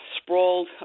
sprawled